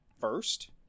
first